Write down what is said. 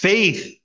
Faith